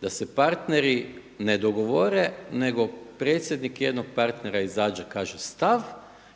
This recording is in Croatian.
da se partneri ne dogovore, nego predsjednik jednog partnera izađe i kaže stav